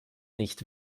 nicht